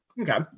Okay